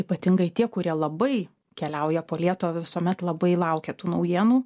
ypatingai tie kurie labai keliauja po lietuvą visuomet labai laukia tų naujienų